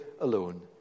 alone